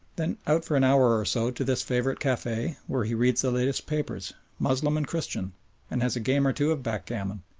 then out for an hour or so to this favourite cafe, where he reads the latest papers moslem and christian and has a game or two of backgammon,